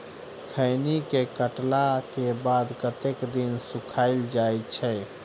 खैनी केँ काटला केँ बाद कतेक दिन सुखाइल जाय छैय?